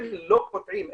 לא קוטעים,